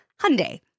Hyundai